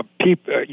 people